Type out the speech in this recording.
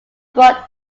brought